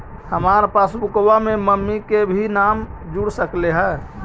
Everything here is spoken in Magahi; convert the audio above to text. हमार पासबुकवा में मम्मी के भी नाम जुर सकलेहा?